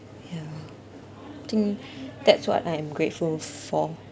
ya think that's what I am grateful for